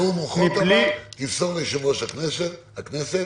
תמסור ליושב-ראש הכנסת